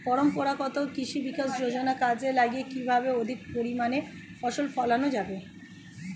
পরম্পরাগত কৃষি বিকাশ যোজনা কাজে লাগিয়ে কিভাবে অধিক পরিমাণে ফসল ফলানো যাবে?